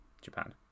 japan